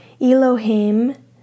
Elohim